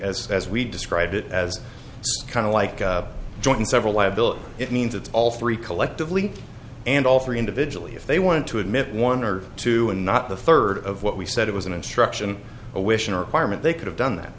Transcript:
as as we described it as kind of like joining several liability it means that all three collectively and all three individually if they want to admit one or two and not the third of what we said it was an instruction a wish an requirement they could have done that